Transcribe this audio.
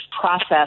process